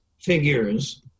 figures